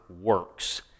works